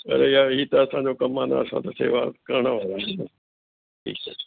अरे यार हीअ त असांजो कमु आहे न असां त सेवा करणु आया आहियूं ठीकु आहे